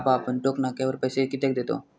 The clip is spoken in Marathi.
बाबा आपण टोक नाक्यावर पैसे कित्याक देतव?